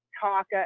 talk